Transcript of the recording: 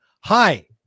Hi